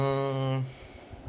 uh